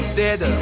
dead